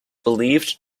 believed